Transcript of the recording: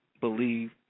believe